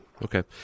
Okay